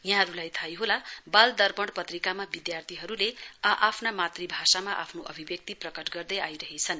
यहाँहरूलाई थाहै होला बाल दर्पण पत्रिकामा विद्यार्थीहरूले आ आफ्नो मातृभाषामा आफ्नो अभिव्यक्ति प्रकट गर्दै आइरहेछन्